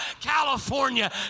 California